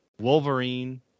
Wolverine